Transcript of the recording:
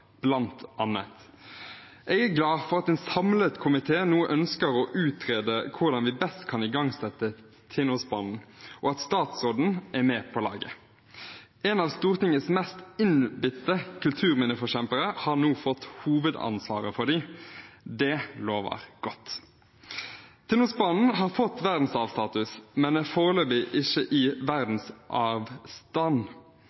Jeg er glad for at en samlet komité nå ønsker å utrede hvordan vi best kan igangsette Tinnosbanen, og at statsråden er med på laget. En av Stortingets mest innbitte kulturminneforkjempere har nå fått hovedansvaret for dem. Det lover godt. Tinnosbanen har fått verdensarvstatus, men er foreløpig ikke i